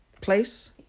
place